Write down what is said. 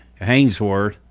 Hainsworth